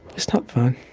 it's not fun.